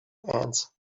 ants